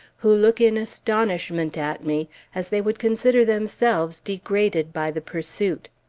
who look in astonishment at me, as they would consider themselves degraded by the pursuit.